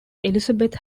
elizabeth